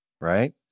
right